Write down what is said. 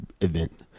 event